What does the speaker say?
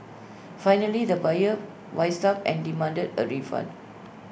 finally the buyer wised up and demanded A refund